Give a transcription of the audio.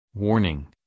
Warning